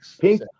pink